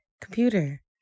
computer